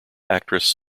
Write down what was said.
actress